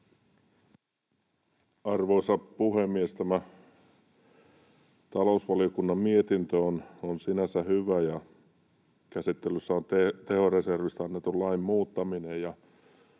Arvoisa puhemies! Tämä talousvaliokunnan mietintö on sinänsä hyvä — käsittelyssä on siis tehoreservistä annetun lain muuttaminen